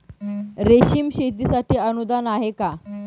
रेशीम शेतीसाठी अनुदान आहे का?